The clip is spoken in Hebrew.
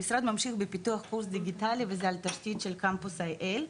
המשרד ממשיך בפיתוח קורס דיגיטלי על תשתית של קמפוס IL,